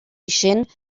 ixent